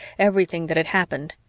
everything that had happened.